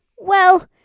Well